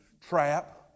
trap